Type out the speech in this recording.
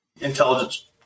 intelligence